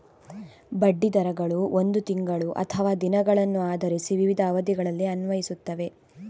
ಬಡ್ಡಿ ದರಗಳು ಒಂದು ತಿಂಗಳು ಅಥವಾ ದಿನಗಳನ್ನು ಆಧರಿಸಿ ವಿವಿಧ ಅವಧಿಗಳಲ್ಲಿ ಅನ್ವಯಿಸುತ್ತವೆ